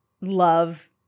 love